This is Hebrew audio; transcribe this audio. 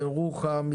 ירוחם,